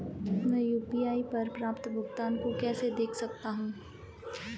मैं यू.पी.आई पर प्राप्त भुगतान को कैसे देख सकता हूं?